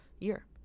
year